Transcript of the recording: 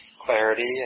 clarity